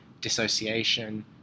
dissociation